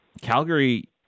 Calgary